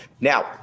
Now